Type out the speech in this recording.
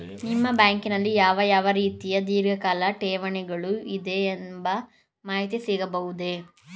ನಿಮ್ಮ ಬ್ಯಾಂಕಿನಲ್ಲಿ ಯಾವ ಯಾವ ರೀತಿಯ ಧೀರ್ಘಕಾಲ ಠೇವಣಿಗಳು ಇದೆ ಎಂಬ ಮಾಹಿತಿ ಸಿಗಬಹುದೇ?